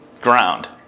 ground